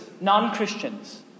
Non-Christians